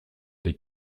des